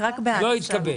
הצבעה הרוויזיה לא אושרה.